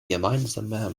gemeinsamer